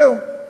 זהו.